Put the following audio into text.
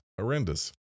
horrendous